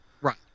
Right